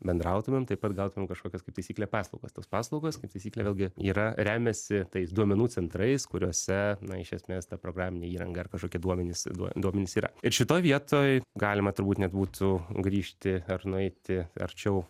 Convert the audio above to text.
bendrautumėm taip pat gautume kažkokias kaip taisyklė paslaugas tos paslaugos kaip taisyklė vėlgi yra remiasi tais duomenų centrais kuriuose na iš esmės ta programinė įranga ar kažkokie duomenys duomenys yra ir šitoj vietoj galima turbūt net būtų grįžti ar nueiti arčiau